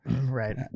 Right